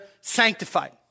sanctified